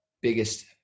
biggest